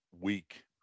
week